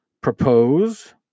propose